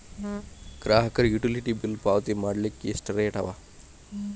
ಗ್ರಾಹಕರಿಗೆ utility bill ಪಾವತಿ ಮಾಡ್ಲಿಕ್ಕೆ ಎಷ್ಟ ರೇತಿ ಅವ?